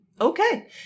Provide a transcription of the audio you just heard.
Okay